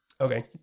Okay